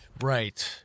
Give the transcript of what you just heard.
Right